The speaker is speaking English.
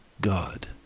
god